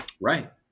Right